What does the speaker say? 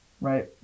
right